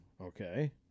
okay